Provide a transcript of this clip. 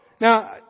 Now